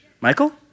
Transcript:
Michael